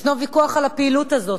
ישנו ויכוח על הפעילות הזאת.